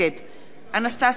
אנסטסיה מיכאלי,